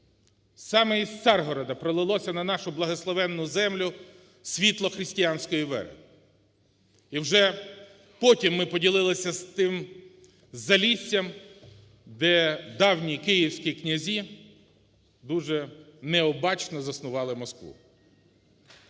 Саме із Царгорода пролилося на нашу благословенну землю світло християнської віри і вже потім ми поділилися з тим заліссям, де давні київські князі дуже необачно заснували Москву.